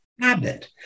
habit